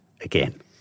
again